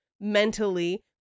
mentally